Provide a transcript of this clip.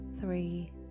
three